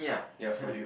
ya for you